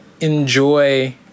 enjoy